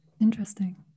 Interesting